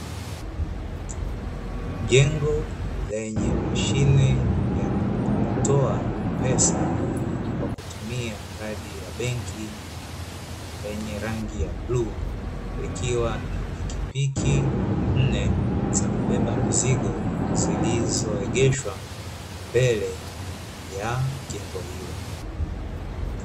Jengo lenye mashine ya kukokotoa pesa kwa kutumia kadi ya benki yenye rangi ya bluu likiwa na pikipiki nne za kubebe mizigo zilizoegeshwa mbele ya jengo hilo.